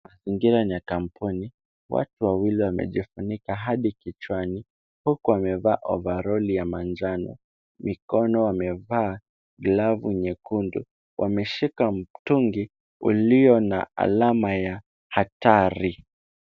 Mazingira ni ya kampuni. Watu wawili wamejifunika hadi kichwani huku wamevaa ovaroli ya manjano. Mikono wamevaa glavu nyekundu. Wameshika mtungi ulio na alama ya hatari.